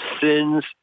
sins